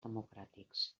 democràtics